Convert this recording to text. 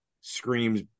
screams